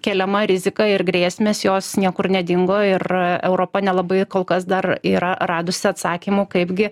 keliama rizika ir grėsmės jos niekur nedingo ir europa nelabai kol kas dar yra radusi atsakymų kaipgi